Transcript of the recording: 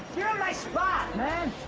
you're in my spot, man.